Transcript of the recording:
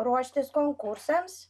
ruoštis konkursams